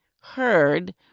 heard